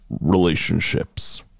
relationships